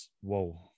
Whoa